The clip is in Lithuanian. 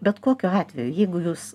bet kokiu atveju jeigu jūs